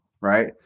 Right